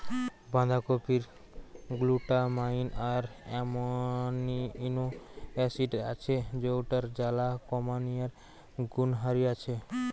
বাঁধাকপিরে glutamine আর amino acid আছে যৌটার জ্বালা কমানিয়ার গুণহারি আছে